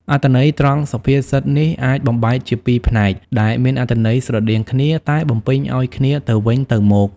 អត្ថន័យត្រង់សុភាសិតនេះអាចបំបែកជាពីរផ្នែក ដែលមានអត្ថន័យស្រដៀងគ្នា តែបំពេញឲ្យគ្នាទៅវិញទៅមក។